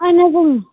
اہن حظ اۭں